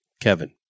Kevin